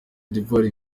d’ivoire